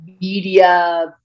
media